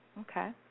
Okay